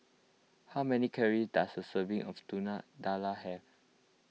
how many calories does a serving of Telur Dadah have